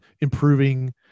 improving